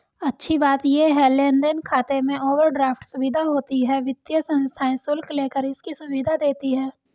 अच्छी बात ये है लेन देन खाते में ओवरड्राफ्ट सुविधा होती है वित्तीय संस्थाएं शुल्क लेकर इसकी सुविधा देती है